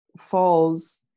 falls